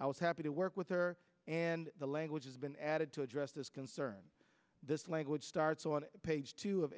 i was happy to work with her and the language has been added to address this concern this language starts on page two of